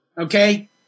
Okay